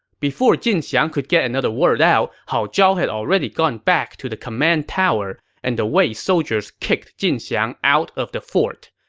before jin xiang could get another word out, hao zhao had already gone back to the command tower, and the wei soldiers kicked jin xiang out of the fort.